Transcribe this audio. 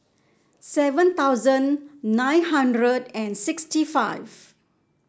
seven thousand nine hundred and sixty five